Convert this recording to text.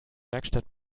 werkstatt